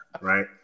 right